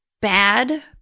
bad